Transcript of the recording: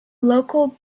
local